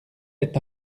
est